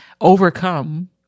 overcome